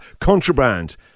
Contraband